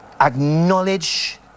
Acknowledge